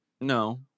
No